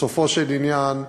בסופו של עניין,